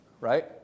right